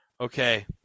okay